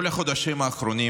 כל החודשים האחרונים,